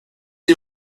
est